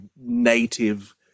native